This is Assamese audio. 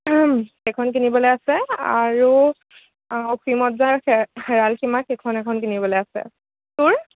এইখন কিনিবলৈ আছে আৰু অসীমত যাৰ হে হেৰাল সীমা সেইখন এখন কিনিবলৈ আছে তোৰ